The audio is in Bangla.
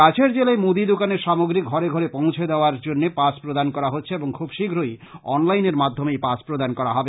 কাছাড় জেলায় মুদি দোকানের সামগ্রী ঘরে ঘরে পৌছে দেওয়ার জন্য পাস প্রদান করা হচ্ছে এবং খুব শীঘ্রই অন লাইনের মাধ্যমে এই পাস প্রদান করা হবে